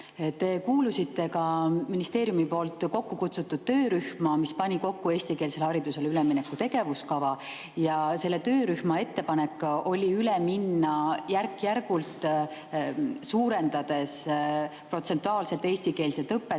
Te kuulusite ka ministeeriumi poolt kokkukutsutud töörühma, mis pani kokku eestikeelsele haridusele ülemineku tegevuskava. Selle töörühma ettepanek oli üle minna järk-järgult suurendades protsentuaalselt eestikeelset õpet